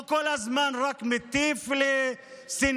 הוא כל הזמן רק מטיף לשנאה,